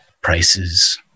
prices